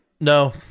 No